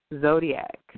zodiac